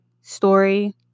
story